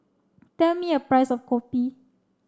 tell me a price of Kopi